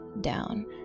down